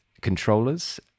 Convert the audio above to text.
controllers